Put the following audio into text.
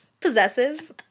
Possessive